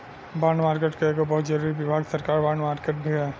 bond market के एगो बहुत जरूरी विभाग सरकार बॉन्ड मार्केट भी ह